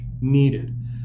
needed